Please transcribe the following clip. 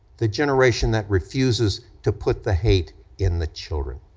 the generation that refuses to put the hate in the children.